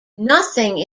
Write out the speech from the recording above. nothing